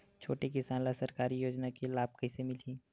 छोटे किसान ला सरकारी योजना के लाभ कइसे मिलही?